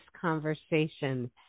conversation